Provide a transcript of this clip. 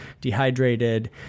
dehydrated